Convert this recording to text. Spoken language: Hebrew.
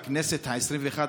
בכנסת העשרים-אחת,